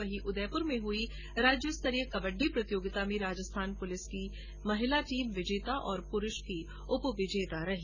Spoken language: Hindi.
वहीं उदयपुर में हुई कबड्डी प्रतियोगिता में राजस्थान प्रलिस की महिला टीम विजेता और प्रूष की उपविजेता रही